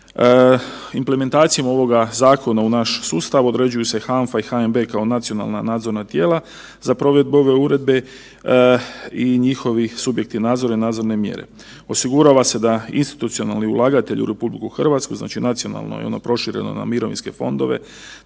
Implementacijom ovog zakona u naš sustav određuju se HANFA i HNB kao nacionalna nadzorna tijela za provedbu ove uredbe i njihovi subjekti nadzori i nadzorne mjere. Osigurava se da institucionalni ulagatelj u RH znači nacionalno i ono prošireno na mirovinske fondove,